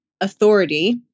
authority